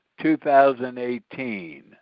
2018